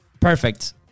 perfect